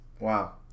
Wow